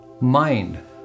Mind